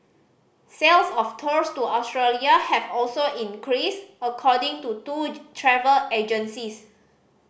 sales of tours to Australia have also increased according to two travel agencies